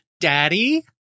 daddy